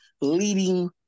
leading